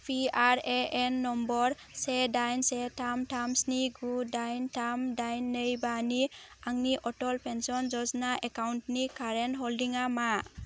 P R A N number से दाइन से थाम थाम स्नि गु दाइन थाम दाइन नै बानि आंनि अटल पेन्सन य'जना एकाउन्टनि कारेन्ट हल्डिंआ मा